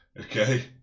Okay